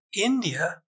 India